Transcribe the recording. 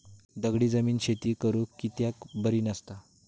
दगडी जमीन शेती करुक कित्याक बरी नसता?